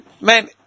Man